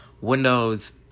Windows